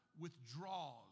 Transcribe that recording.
withdraws